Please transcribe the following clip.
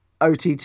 OTT